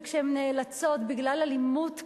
כשהן נאלצות, בגלל אלימות קשה,